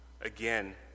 again